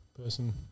Person